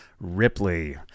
Ripley